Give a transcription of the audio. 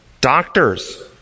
doctors